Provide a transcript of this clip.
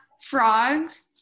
frogs